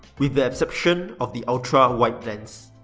with the exception of the ultra wide lens.